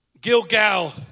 Gilgal